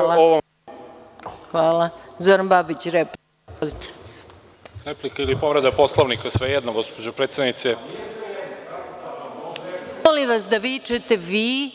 Reč ima Zoran Babić, replika? (Zoran Babić, s mesta: Replika ili povreda Poslovnika, svejedno mi je.) (Marko Đurišić, s mesta: Nije svejedno, ne može tako…) Molim vas, da ne vičete vi,